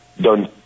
done